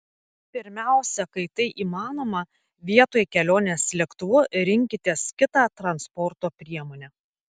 pirmiausia kai tai įmanoma vietoj kelionės lėktuvu rinkitės kitą transporto priemonę